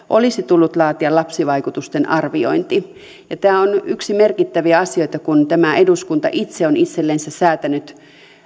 olisi tullut laatia lapsivaikutusten arviointi tämä on yksi merkittäviä asioita kun tämä eduskunta itse on itsellensä säätänyt